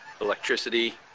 electricity